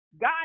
God